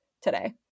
today